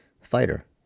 fighter